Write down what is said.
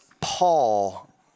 Paul